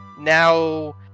now